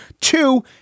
Two